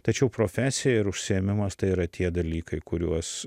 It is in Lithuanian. tačiau profesija ir užsiėmimas tai yra tie dalykai kuriuos